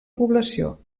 població